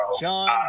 John